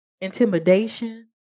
intimidation